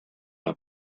una